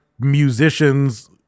musicians